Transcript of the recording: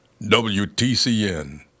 WTCN